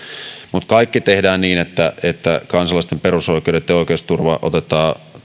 mutta kaikki tehdään niin että että kansalaisten perusoikeudet ja oikeusturva otetaan